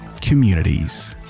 communities